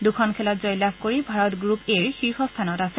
দুখন খেলত জয়লাভ কৰি ভাৰত গ্ৰুপ এৰ শীৰ্ষ স্থানত আছে